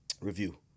review